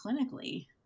clinically